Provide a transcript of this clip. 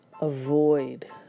avoid